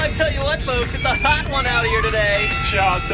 one one out here today yeah,